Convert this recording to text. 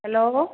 hello